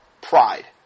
pride